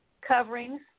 coverings